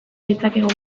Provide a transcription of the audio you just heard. ditzakegu